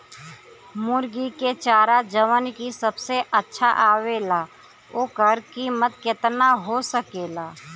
मुर्गी के चारा जवन की सबसे अच्छा आवेला ओकर कीमत केतना हो सकेला?